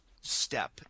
step